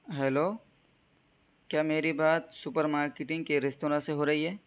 hello کیا میری بات سپر مارکٹنگ کے رستوراں سے ہو رہی ہے